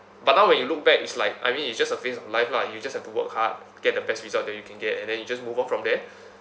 but now when you look back it's like I mean it's just a phase of life lah you just have to work hard get the best result that you can get and then you just move on from there